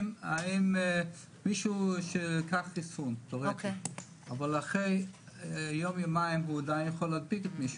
האם מישהו שלקח חיסון אבל אחרי יום-יומיים עדיין יכול להדביק מישהו,